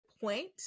point